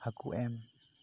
ᱦᱟᱹᱠᱩ ᱮᱢ